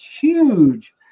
huge